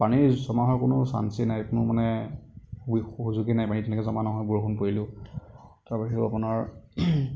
পানী জমা হোৱাৰ কোনো চান্সেই নাই কোনো মানে সু সুযোগেই নাই পানী তেনেকৈ জমা নহয় বৰষুণ পৰিলেও তাৰ বাহিৰেও আপোনাৰ